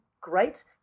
great